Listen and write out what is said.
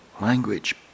language